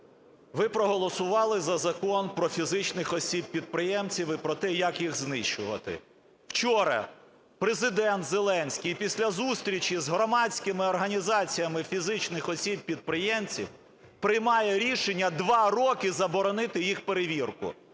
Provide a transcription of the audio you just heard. ви проголосувати за Закон про фізичних осіб-підприємців і про те, як їх знищувати. Вчора Президент Зеленський після зустрічі з громадськими організаціями фізичних осіб-підприємців приймає рішення два роки заборонити їх перевірку.